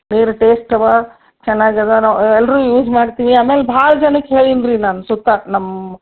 ನೀರು ಟೇಸ್ಟ್ ಅವೆ ಚೆನ್ನಾಗದ ನಾವು ಎಲ್ಲರೂ ಯೂಸ್ ಮಾಡ್ತೀವಿ ಆಮೇಲೆ ಭಾಳ ಜನಕ್ಕೆ ಹೇಳೀನಿ ರೀ ನಾನು ಸುತ್ತ ನಮ್ಮ